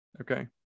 Okay